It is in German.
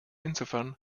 insofern